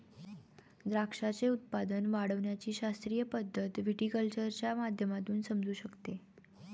द्राक्षाचे उत्पादन वाढविण्याची शास्त्रीय पद्धत व्हिटीकल्चरच्या माध्यमातून समजू शकते